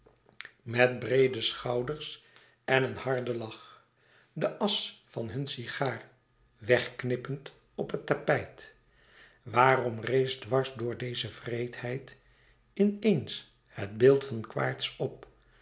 met breede schouders en een harden lach de asch van hun sigaar wegknippend op het tapijt waarom rees dwars door deze wreedheid in eens het beeld van quaerts op